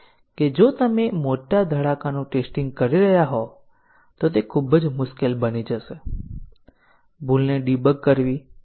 આપણે ફરીથી ટેસ્ટીંગ ના કેસો ચલાવીએ છીએ અને તપાસીએ છીએ કે આ ભૂલ પકડાઈ છે કે નહીં